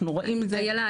איילה,